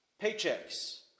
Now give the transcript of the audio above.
paychecks